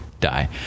die